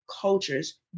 cultures